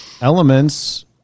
elements